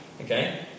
Okay